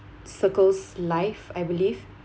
Circles Life I believe